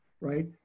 right